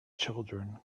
children